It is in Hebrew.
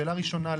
שאלה ראשונה,